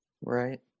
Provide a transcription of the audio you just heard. Right